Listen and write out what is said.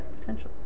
potential